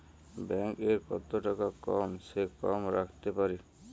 Bank এ কত টাকা কম সে কম রাখতে পারি?